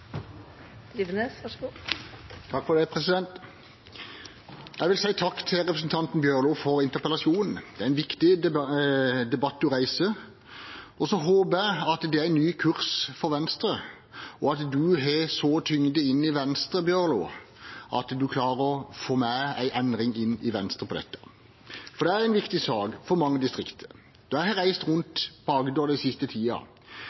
viktig debatt han reiser. Så håper jeg at det er en ny kurs for Venstre, og at Bjørlo har en slik tyngde inn i Venstre at han klarer å få til en endring i Venstre på dette. Dette er en viktig sak for mange distrikter. Når jeg har reist rundt på Agder den siste